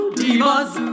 divas